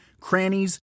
crannies